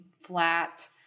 flat